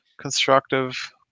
constructive